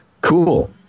Cool